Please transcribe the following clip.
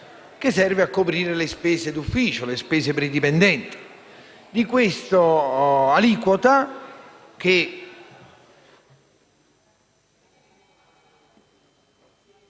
che serve a coprire le spese d'ufficio e dei dipendenti.